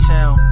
Town